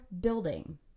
building